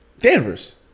Danvers